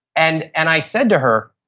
and and i said to her,